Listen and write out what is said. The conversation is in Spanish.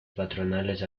patronales